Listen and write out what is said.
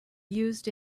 used